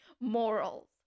morals